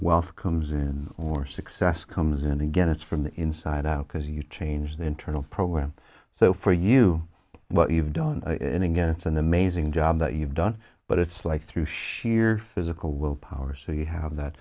wealth comes in and more success comes in again it's from the inside out because you change the internal program so for you what you've done and again it's an amazing job that you've done but it's like through sheer physical willpower so you have that